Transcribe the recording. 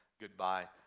goodbye